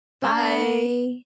Bye